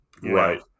Right